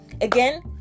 Again